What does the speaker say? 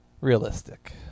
Realistic